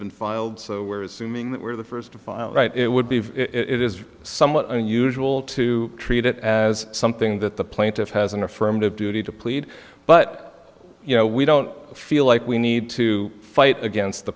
been filed so where is suing that we're the first to file right it would be it is somewhat unusual to treat it as something that the plaintiff has an affirmative duty to plead but you know we don't feel like we need to fight against the